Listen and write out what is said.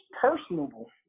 personable